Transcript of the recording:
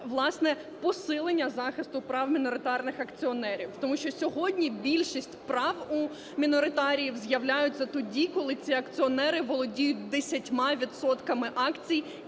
власне посилення захисту прав міноритарних акціонерів. Тому що сьогодні більшість прав у міноритаріїв з'являються тоді, коли ці акціонери володіють 10